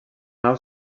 nau